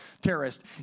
terrorist